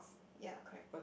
ya correct